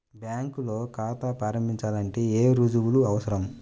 బ్యాంకులో ఖాతా ప్రారంభించాలంటే ఏ రుజువులు అవసరం?